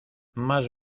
más